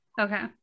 Okay